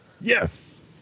Yes